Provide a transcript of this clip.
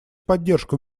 поддержку